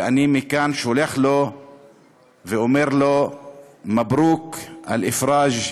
ואני מכאן שולח לו ואומר לו (אומר דברים בערבית,